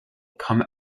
come